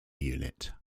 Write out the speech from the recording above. unit